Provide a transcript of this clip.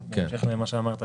בהמשך למה שאמרת,